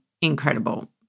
incredible